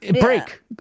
break